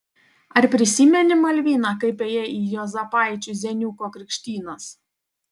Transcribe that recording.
ar prisimeni malvina kaip ėjai į juozapaičių zeniuko krikštynas